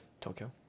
Tokyo